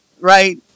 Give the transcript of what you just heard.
right